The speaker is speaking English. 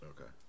Okay